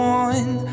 one